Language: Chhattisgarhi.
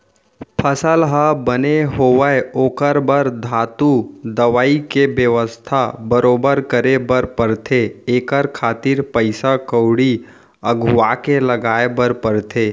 फसल ह बने होवय ओखर बर धातु, दवई के बेवस्था बरोबर करे बर परथे एखर खातिर पइसा कउड़ी अघुवाके लगाय बर परथे